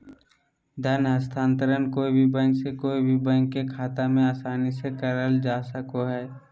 धन हस्तान्त्रंण कोय भी बैंक से कोय भी बैंक के खाता मे आसानी से करल जा सको हय